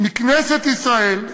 מכנסת ישראל,